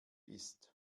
ist